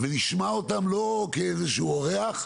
ונשמע אותם לא כאיזשהו אורח,